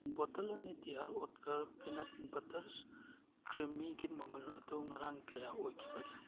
ꯕꯣꯇꯜ ꯑꯅꯤ ꯗꯤ ꯑꯥꯔ ꯑꯣꯠꯀꯔ ꯄꯤꯅꯠ ꯕꯠꯇꯔ ꯀ꯭ꯔꯤꯃꯤꯒꯤ ꯃꯃꯜ ꯑꯗꯨ ꯉꯔꯥꯡ ꯀꯌꯥ ꯑꯣꯏꯈꯤꯕꯒꯦ